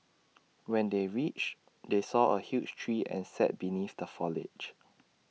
when they reached they saw A huge tree and sat beneath the foliage